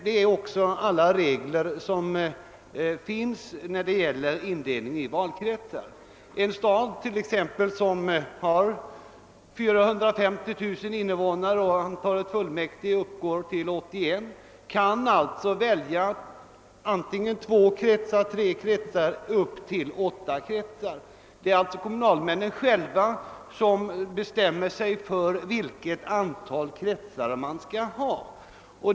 Detta är alla regler som gäller för en kommuns indelning i valkretsar. En stad som har 450 000 invånare och 81 fullmäktige kan alltså välja en indelning i mellan två och åtta kretsar. Det är kommunalmännen själva som bestämmer, hur många kretsar det skall vara.